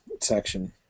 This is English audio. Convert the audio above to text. section